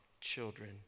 children